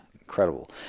incredible